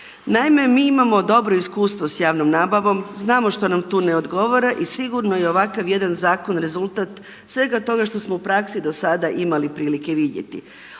Naime mi imao dobro iskustvo sa javnom nabavom, znamo što nam tu ne odgovara i sigurno je ovakav jedan zakon rezultat svega toga što smo u praksi sada imali prilike i vidjeti.